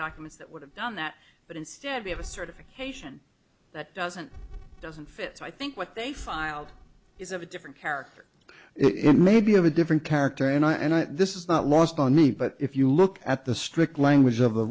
documents that would have done that but instead we have a certification that doesn't doesn't fit so i think what they filed is of a different character it may be of a different character and i and i this is not lost on me but if you look at the strict language of the